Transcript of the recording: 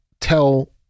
tell